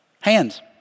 Hands